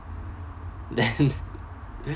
then